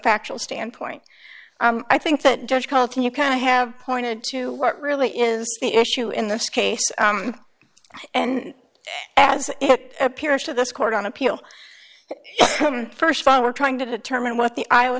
factual standpoint i think that judge bolton you can have pointed to what really is the issue in this case and as it appears to this court on appeal first of all we're trying to determine what the iowa